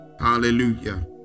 Hallelujah